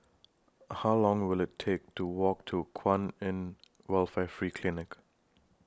How Long Will IT Take to Walk to Kwan in Welfare Free Clinic